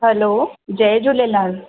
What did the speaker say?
hello जय झूलेलाल